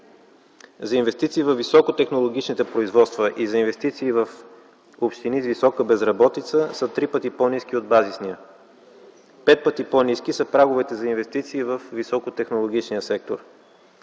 За инвестиции във високотехнологичните производства и за инвестиции в общини с висока безработица са три пъти по-ниски от базисния. Пет пъти по-ниски са праговете за инвестиции във високотехнологичния сектор.